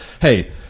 hey